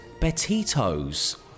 betitos